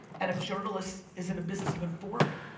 and a journalist is in the business of informing.